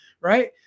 right